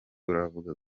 buravuga